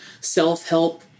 self-help